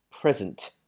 present